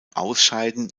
ausscheiden